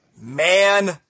Man